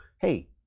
hey